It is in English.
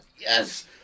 Yes